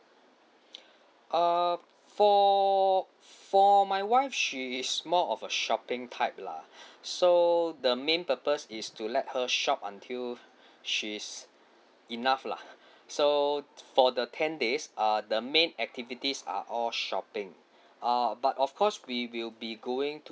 uh for for my wife she is more of a shopping type lah so the main purpose is to let her shop until she is enough lah so for the ten days uh the main activities are all shopping err but of course we will be going to